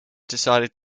decided